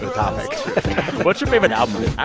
topic what's your favorite album?